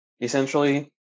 essentially